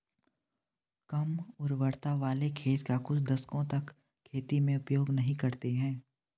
कम उर्वरता वाले खेत का कुछ दशकों तक खेती में उपयोग नहीं करते हैं